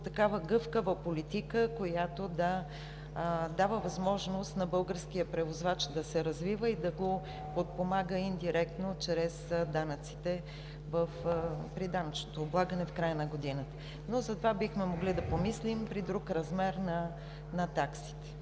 такава гъвкава политика, която да дава възможност на българския превозвач да се развива и да го подпомага индиректно чрез данъците, при данъчното облагане в края на годината, но за това бихме могли да помислим при друг размер на таксите.